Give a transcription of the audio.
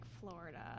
florida